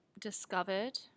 discovered